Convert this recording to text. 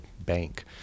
bank